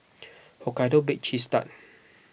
Hokkaido Baked Cheese Tart